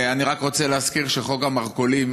אני רק רוצה להזכיר שחוק המרכולים,